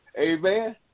Amen